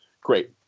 great